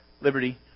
liberty